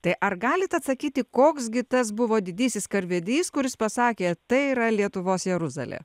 tai ar galit atsakyti koks gi tas buvo didysis karvedys kuris pasakė tai yra lietuvos jeruzalė